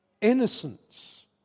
innocence